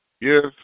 Yes